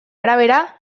arabera